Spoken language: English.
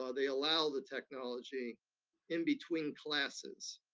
ah they allow the technology in between classes,